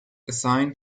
assigned